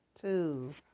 two